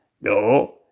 No